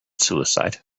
suicide